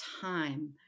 time